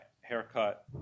haircut